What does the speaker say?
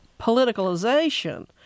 politicalization